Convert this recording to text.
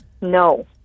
No